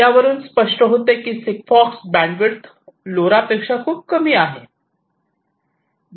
यावरून स्पष्ट होते की सिग्फॉक्स बँडविड्थ लोरा पेक्षा खूप कमी आहे